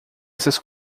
essas